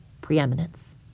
preeminence